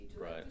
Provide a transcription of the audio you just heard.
Right